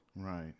Right